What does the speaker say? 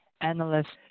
analyst